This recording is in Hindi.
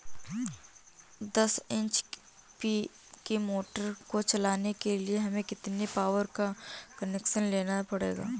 दस एच.पी की मोटर को चलाने के लिए हमें कितने पावर का कनेक्शन लेना पड़ेगा?